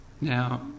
Now